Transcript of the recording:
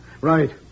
Right